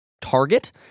target